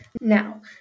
Now